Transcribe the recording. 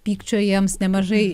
pykčio jiems nemažai